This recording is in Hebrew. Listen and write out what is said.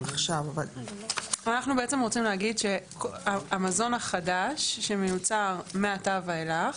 אנחנו רוצים לומר שהמזון החדש שמיוצר מעתה ואילך,